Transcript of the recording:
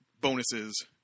bonuses